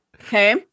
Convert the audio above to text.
Okay